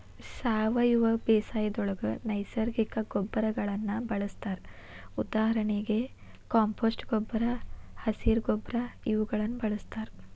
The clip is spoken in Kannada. ಸಾವಯವ ಬೇಸಾಯದೊಳಗ ನೈಸರ್ಗಿಕ ಗೊಬ್ಬರಗಳನ್ನ ಬಳಸ್ತಾರ ಉದಾಹರಣೆಗೆ ಕಾಂಪೋಸ್ಟ್ ಗೊಬ್ಬರ, ಹಸಿರ ಗೊಬ್ಬರ ಇವುಗಳನ್ನ ಬಳಸ್ತಾರ